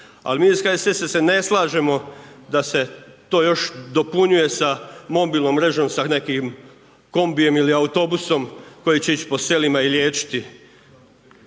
Ali mi iz HSS-a se ne slažemo da se to još dopunjuje sa mobilnom mrežom, sa nekim kombijem ili autobusom, koji će ići sa selima i liječiti